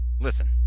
listen